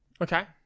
Okay